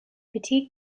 petite